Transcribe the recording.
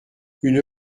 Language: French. une